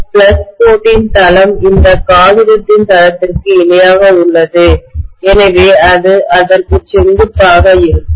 flux கோட்டின்தளம் இந்த காகிதத்தின்தளத்திற்கு இணையாக உள்ளது எனவே அது அதற்கு செங்குத்தாக இருக்கும்